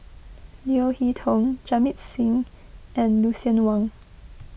Leo Hee Tong Jamit Singh and Lucien Wang